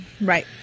Right